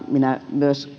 minä